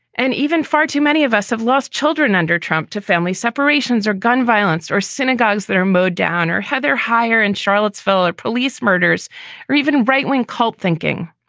and even far too many of us have lost children under trump to family separations or gun violence or synagogues that are mowed down or heather higher in charlottesville or police murders or even right wing cult thinking.